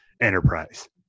enterprise